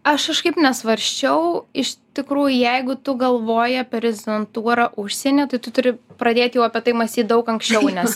aš kažkaip nesvarsčiau iš tikrųjų jeigu tu galvoji apie rezidentūrą užsieny tai turi pradėt jau apie tai mąstyt daug anksčiau nes